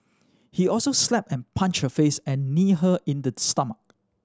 he also slapped and punched her face and kneed her in the stomach